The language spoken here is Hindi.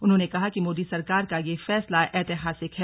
उन्होंने कहा कि मोदी सरकार का ये फैसला ऐतिहासिक है